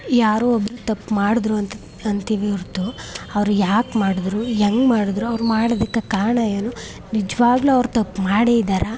ಯಾರೋ ಒಬ್ಬರು ತಪ್ಪು ಮಾಡಿದ್ರು ಅಂತ ಅಂತೀವಿ ಹೊರತು ಅವ್ರು ಯಾಕೆ ಮಾಡಿದ್ರು ಹೆಂಗ್ ಮಾಡಿದ್ರು ಅವ್ರು ಮಾಡಿದಕ್ಕೆ ಕಾರಣ ಏನು ನಿಜವಾಗ್ಲು ಅವ್ರು ತಪ್ಪು ಮಾಡಿದ್ದಾರಾ